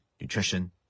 nutrition